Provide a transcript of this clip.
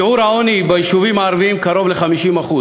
שיעור העוני ביישובים הערביים קרוב ל-50%,